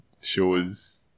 shows